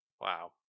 Wow